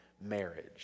marriage